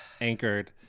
anchored